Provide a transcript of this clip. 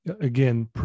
again